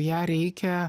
ją reikia